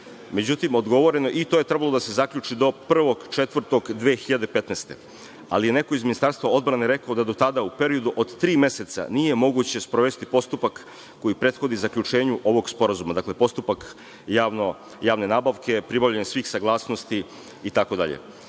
električna energija. To je trebalo da se zaključi do 1. aprila 2015. godine, ali je neko iz Ministarstva odbrane rekao da do tada u periodu od tri meseca nije moguće sprovesti postupak koji prethodi zaključenju ovog sporazuma, dakle, postupak javne nabavke, pribavljanja svih saglasnosti itd.